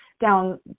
down